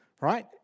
right